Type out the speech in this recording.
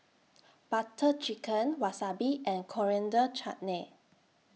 Butter Chicken Wasabi and Coriander Chutney